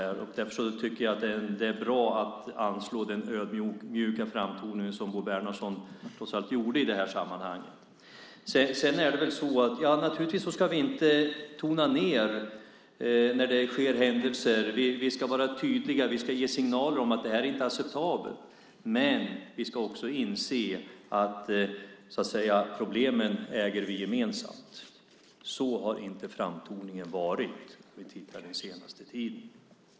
Därför är det bra att anslå den ödmjuka framtoning som Bo Bernhardsson trots allt intog i sammanhanget. Naturligtvis ska vi inte tona ned händelser. Vi ska vara tydliga och ge signaler om att det inte är acceptabelt, men vi ska också inse att vi äger problemen gemensamt. Så har inte framtoningen varit den senaste tiden.